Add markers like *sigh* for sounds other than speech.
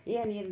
*unintelligible*